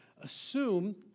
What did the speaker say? Assume